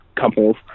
couples